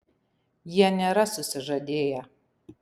jie nėra susižadėję